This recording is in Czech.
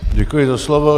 Děkuji za slovo.